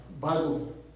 Bible